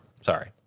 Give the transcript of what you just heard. Sorry